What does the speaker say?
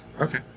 Okay